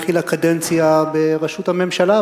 התחילה קדנציה בראשות הממשלה,